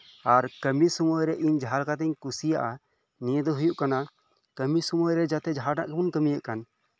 ᱟᱨ ᱠᱟᱹᱢᱤ ᱥᱳᱢᱳᱭᱨᱮ ᱤᱧ ᱡᱟᱦᱟᱸ ᱞᱮᱠᱟᱛᱤᱧ ᱠᱩᱥᱤᱭᱟᱜᱼᱟ ᱱᱤᱭᱟᱹ ᱫᱚ ᱦᱳᱭᱳᱜ ᱠᱟᱱᱟ ᱠᱟᱹᱢᱤ ᱥᱚᱢᱚᱭᱨᱮ ᱡᱟᱦᱟᱸᱴᱟᱜ ᱜᱮᱵᱚᱱ ᱠᱟᱹᱢᱤᱭᱮᱫ ᱠᱟᱱ